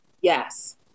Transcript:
Yes